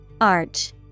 Arch